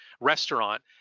restaurant